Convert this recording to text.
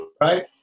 right